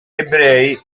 ebrei